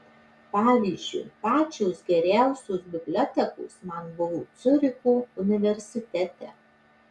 pavyzdžiui pačios geriausios bibliotekos man buvo ciuricho universitete